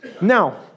Now